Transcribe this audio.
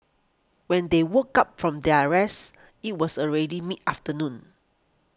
when they woke up from their rest it was already mid afternoon